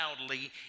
loudly